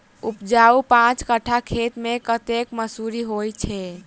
उपजाउ पांच कट्ठा खेत मे कतेक मसूरी होइ छै?